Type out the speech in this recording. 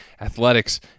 athletics